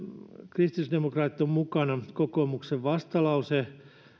kristillisdemokraatit ovat mukana kokoomuksen vastalauseen